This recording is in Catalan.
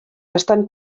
estan